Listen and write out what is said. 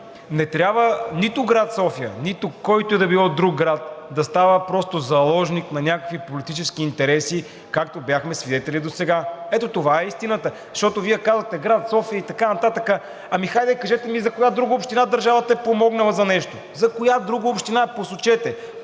не трябва нито град София, нито който и да било друг град да става просто заложник на някакви политически интереси, както бяхме свидетели досега. Ето това е истината. Защото Вие казвате град София и така нататък. Ами хайде, кажете ми за коя друга община държавата е помогнала за нещо? За коя друга община посочете